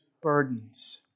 burdens